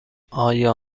آیا